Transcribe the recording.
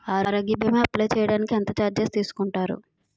ఆరోగ్య భీమా అప్లయ్ చేసుకోడానికి ఎంత చార్జెస్ తీసుకుంటారు?